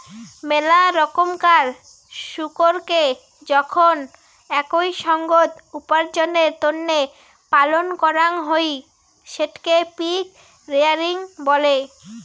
মেলা রকমকার শুকোরকে যখন একই সঙ্গত উপার্জনের তন্নে পালন করাং হই সেটকে পিগ রেয়ারিং বলে